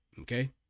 Okay